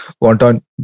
wanton